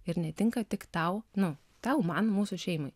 ir netinka tik tau nu tau man mūsų šeimai